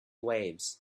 waves